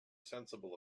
sensible